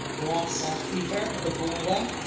lassa fever, ebola,